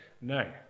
no